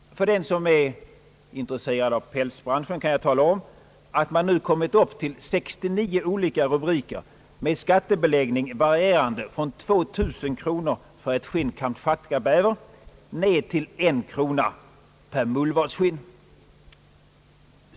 För den som är intresserad av pälsbranschen kan jag tala om att man nu kommit upp i 69 olika rubriker med skattebeläggning varierande från 2000 kronor för ett skinn kamtschatkabäver ned till en krona per mullvadsskinn.